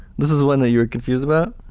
this is one that you were confused about?